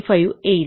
5 येईल